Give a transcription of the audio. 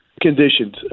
conditions